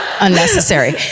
unnecessary